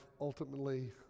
ultimately